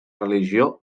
religió